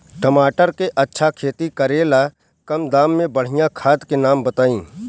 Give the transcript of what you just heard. टमाटर के अच्छा खेती करेला कम दाम मे बढ़िया खाद के नाम बताई?